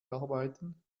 arbeiten